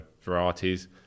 varieties